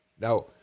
Now